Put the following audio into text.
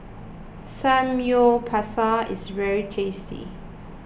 Samgyeopsal is very tasty